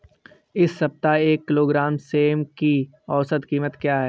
इस सप्ताह एक किलोग्राम सेम की औसत कीमत क्या है?